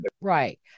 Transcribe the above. right